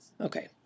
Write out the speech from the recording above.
Okay